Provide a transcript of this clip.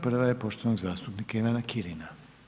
Prva je poštovanog zastupnika Ivana Kirina.